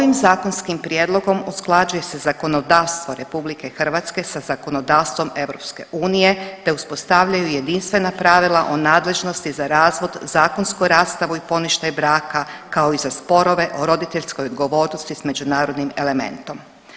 Ovim zakonskim prijedlogom usklađuje se zakonodavstvo Republike Hrvatske sa zakonodavstvom EU te uspostavljaju jedinstvena pravila o nadležnosti za razvod zakonsku rastavu i poništaj braka kao i za sporove o roditeljskoj odgovornosti s međunarodnim elementom.